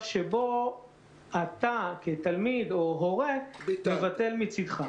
שבו אתה כתלמיד או הורה מבטל מצדך.